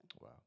Wow